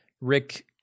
Rick